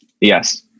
yes